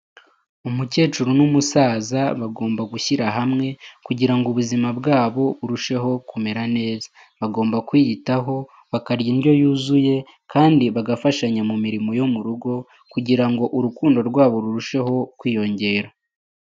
Umukecuru n'umusaza bagomba gushyira hamwe kugirango ubuzima bwabo burusheho kumera neza, bagomba kwiyitaho, barya indyo yuzuye kandi bagafashanya mu mirimo yo murugo kugirango urukundo rwabo rurusheho kwiyongera.